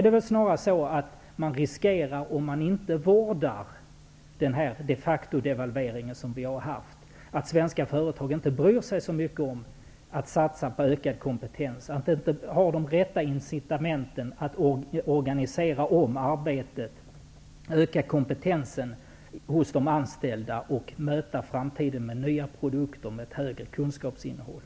Det är snarare så att man -- om man inte vårdar den defactodevalvering som vi har haft riskerar att svenska företag inte bryr sig så mycket om att satsa på ökad kompetens, att man inte har de rätta incitamenten att organisera om arbetet, öka kompetensen hos de anställda och möta framtiden med nya produkter med ett högre kunskapsinnehåll.